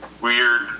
weird